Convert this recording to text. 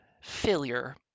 failure